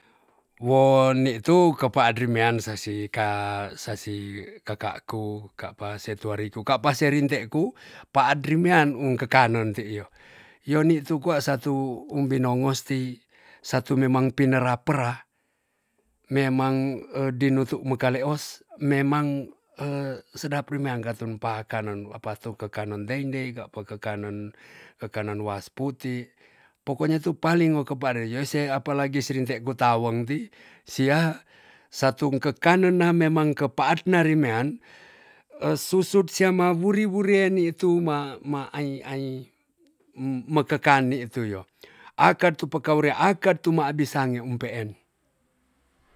Wo nitu kepadri mean sasi ka sasi kakaku kapa setuari tu kapa serinte ku paadri mean ung kekanen ti iyo yo nitu koa satu um binongos ti satu memang pinera pera memang e dinutu mekaleos memang sedap rumeang katu pakanen apatu kekanen teindei apa kekanen kekanen was puti pokonya tu paling o kepade yose apalagi serinte kutaweng ti sia satung kekanen na memang kepaat na rimean a susut sia ma wuri wuri e nitu ma ai ai um mekekani tu yo akat tu pekaure akat tu miabi sange um peen.